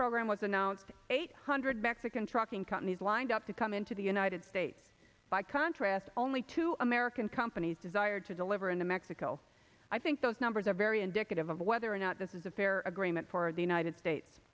program was announced eight hundred mexican trucking companies lined up to come into the united states by contrast only two american companies desired to deliver into mexico i think those numbers are very indicative of whether or not this is a fair agreement for the united states